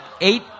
eight